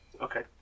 okay